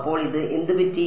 അപ്പോൾ ഇത് എന്ത് പറ്റി